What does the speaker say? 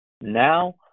Now